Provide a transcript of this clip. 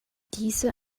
diese